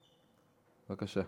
בבקשה.